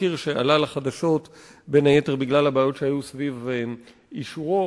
שזה בעצם חלק בלתי נפרד מהסקירה שלו,